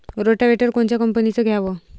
Rotavator कोनच्या कंपनीचं घ्यावं?